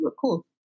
cool